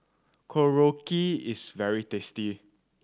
korokke is very tasty